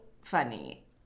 funny